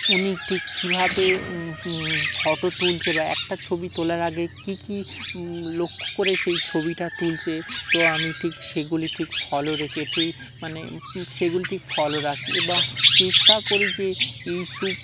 উনি ঠিক কীভাবে ফটো তুলছে বা একটা ছবি তোলার আগে কী কী লক্ষ্য করে সেই ছবিটা তুলছে তো আমি ঠিক সেগুলি ঠিক ফলো রেখে ঠিক মানে সেগুলি ঠিক ফলো রাখি এবং চেষ্টা করি যে ইউসুফ